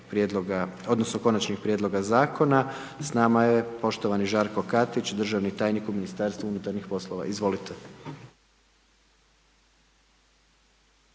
odnosno Konačnih prijedloga Zakona, s nama je poštovani Žarko Katić, državni tajnik u Ministarstvu unutarnjih poslova. Izvolite.